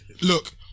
look